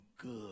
good